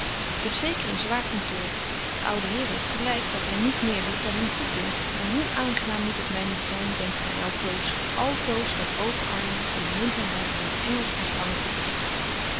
ik heb zeker een zwaar kantoor de oude heer heeft gelyk dat hy niet meer doet dan hem goeddunkt maar hoe aangenaam moet het my niet zyn denkt gy altoos altoos met open armen en de minzaamheid eens engels ontfangen te worden